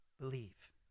believe